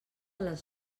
les